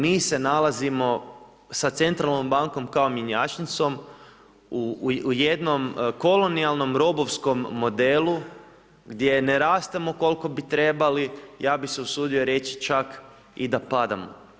Mi se nalazimo sa Centralnom bankom kao mjenjačnicom u jednom kolonijalnom robovskom modelu gdje ne rastemo koliko bi trebali, ja bih se usudio reći čak i da padamo.